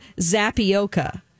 zapioca